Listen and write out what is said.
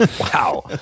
Wow